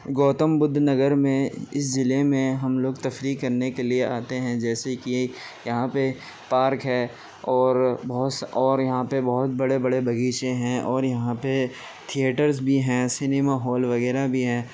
گوتم بدھ نگر میں اس ضلعے میں ہم لوگ تفریح کرنے کے لیے آتے ہیں جیسے کہ یہاں پہ پارک ہے اور بہت سا اور یہاں پہ بہت بڑے بڑے باغیچے ہیں اور یہاں پہ تھیئٹرز بھی ہیں سنیما ہال وغیرہ بھی ہیں